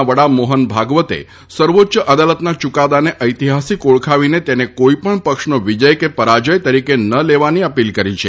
ના વડા મોહન ભાગવતે સર્વોચ્ય અદાલતના યૂકાદાને ઐતિહાસિક ઓળખાવીને તેને કોઇ પણ પક્ષનો વિજય કે પરાજય તરીકે ન લેવાની અપીલ કરી છે